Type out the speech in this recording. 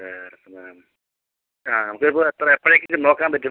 വേറെ വേണ്ട ആ നമുക്ക് ഇപ്പം എപ്പം എപ്പഴേക്ക് ഇത് നോക്കാൻ പറ്റും